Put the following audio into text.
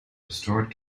restored